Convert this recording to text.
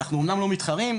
אנחנו אמנם לא מתחרים,